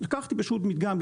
לקחתי פשוט מדגם,